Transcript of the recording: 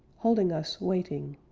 holding us waiting,